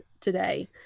today